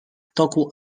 toku